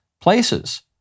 places